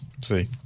See